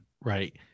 Right